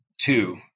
Two